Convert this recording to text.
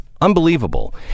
unbelievable